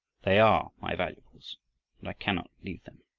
they are my valuables, and i cannot leave them.